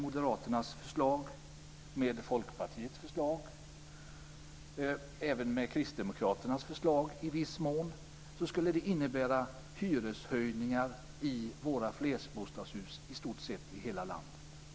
Moderaternas förslag, Folkpartiets förslag och även i viss mån Kristdemokraternas förslag skulle innebära hyreshöjningar i flerbostadshus i i stort sett hela landet.